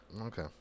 Okay